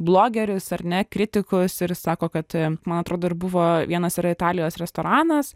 blogerius ar ne kritikus ir sako kad man atrodo ir buvo vienas yra italijos restoranas